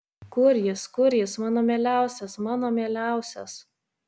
kur jis kur jis mano mieliausias mano mieliausias